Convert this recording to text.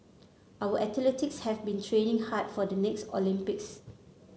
our athletes have been training hard for the next Olympics